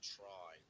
try